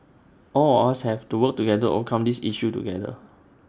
all of us have to work together overcome this issue together